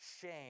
Shame